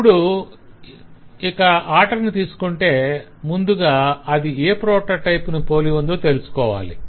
ఇప్పుడు ఇక ఆటను తీసుకొంటే ముందుగా అది ఏ ప్రొటోటైప్ ను పోలి ఉందో తెలుసుకోవాలి